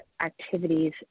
activities